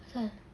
asal